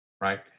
Right